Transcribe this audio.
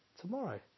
tomorrow